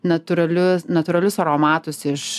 natūralius natūralius aromatus iš